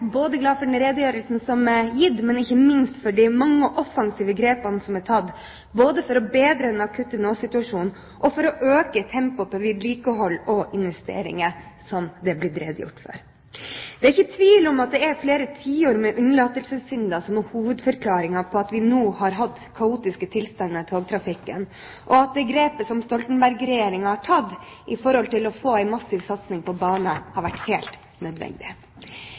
glad for den redegjørelsen som er gitt, og ikke minst for de offensive grepene som er tatt både for å bedre den akutte nåsituasjonen og for å øke tempoet på vedlikehold og investeringer, som det ble redegjort for. Det er ikke tvil om at det er flere tiår med unnlatelsessynder som er hovedforklaringen på at vi nå har hatt kaotiske tilstander i togtrafikken, og at det grepet som Stoltenberg-regjeringen har tatt for å få en massiv satsing på bane, har vært helt nødvendig.